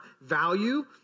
value